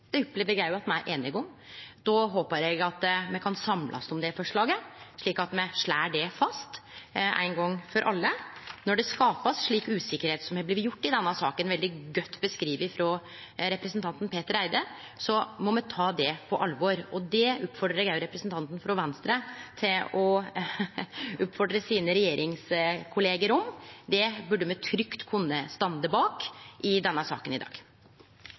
Det opplever eg at me er einige om. Då håpar eg at me kan samlast om det forslaget, slik at me slår det fast ein gong for alle. Når det blir skapt ei slik usikkerhet som det er blitt gjort i denne saka – veldig godt beskrive av representanten Petter Eide – må vi ta det på alvor, og det oppfordrar eg òg representanten frå Venstre om å oppfordre sine regjeringskollegaer om. Det burde vi trygt kunne stå bak i denne saka i dag.